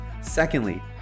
Secondly